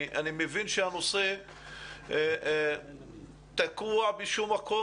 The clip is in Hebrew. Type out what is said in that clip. אני מבין שהנושא תקוע באיזה שהוא מקום,